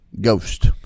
ghost